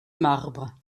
marbre